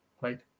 right